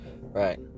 right